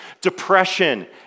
depression